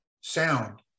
sound